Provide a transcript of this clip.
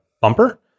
bumper